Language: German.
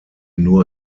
nur